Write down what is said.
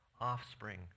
offspring